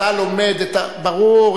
ברור,